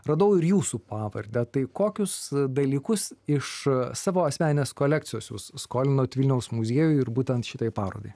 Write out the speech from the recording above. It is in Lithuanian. radau ir jūsų pavardę tai kokius dalykus iš savo asmeninės kolekcijos jūs skolinot vilniaus muziejui ir būtent šitai parodai